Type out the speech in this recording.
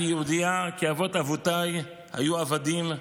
אני יהודייה כי אבות-אבותיי היו עבדים,